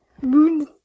Moon